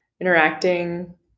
interacting